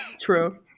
true